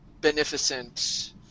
beneficent